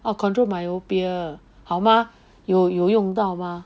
orh control myopia 好吗有有用到吗